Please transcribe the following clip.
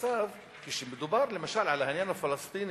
למצב שכשמדובר למשל על העניין הפלסטיני,